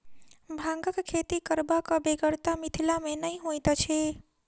भांगक खेती करबाक बेगरता मिथिला मे नै होइत अछि